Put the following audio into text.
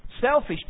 Selfish